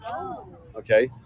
Okay